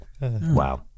wow